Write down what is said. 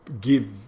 give